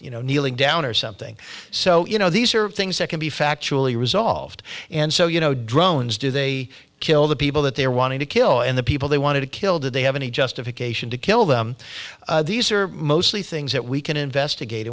you know kneeling down or something so you know these are things that can be factually resolved and so you know drones do they kill the people that they're wanting to kill and the people they wanted to kill did they have any justification to kill them these are mostly things that we can investigate